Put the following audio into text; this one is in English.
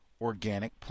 organic